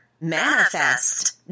manifest